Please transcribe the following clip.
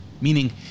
Meaning